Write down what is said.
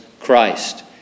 Christ